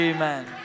Amen